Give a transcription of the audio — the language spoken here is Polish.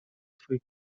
twój